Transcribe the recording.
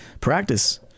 Practice